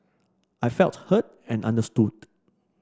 I felt heard and understood